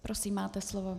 Prosím, máte slovo.